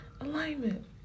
alignment